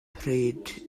pryd